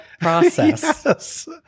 process